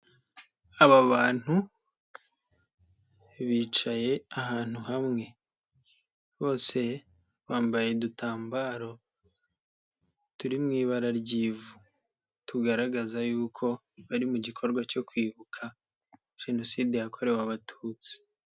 Aba bantu bicaye ahantu hamwe, bose bambaye udutambaro turi mu ibara ry'ivu tugaragaza yuko bari mu gikorwa cyo kwibuka Jenoside yakorewe Abatutsi.